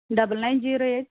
double nine zero eight